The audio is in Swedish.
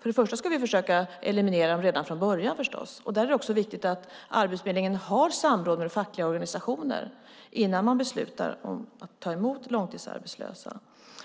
För det första ska vi förstås försöka eliminera dem redan från början, och där är det viktigt att Arbetsförmedlingen har samråd med fackliga organisationer innan man beslutar om att ta emot långtidsarbetslösa.